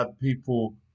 people